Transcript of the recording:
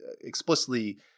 explicitly